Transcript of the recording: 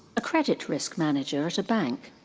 a credit risk manager at a bank.